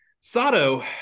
Sato